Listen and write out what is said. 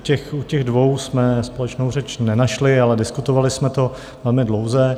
U těch dvou jsme společnou řeč nenašli, ale diskutovali jsme to velmi dlouze.